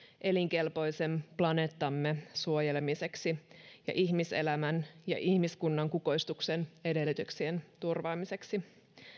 elinkelpoisen planeettamme suojelemiseksi ja ihmiselämän ja ihmiskunnan kukoistuksen edellytyksien turvaamiseksi